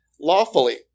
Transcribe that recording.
lawfully